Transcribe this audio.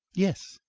yes.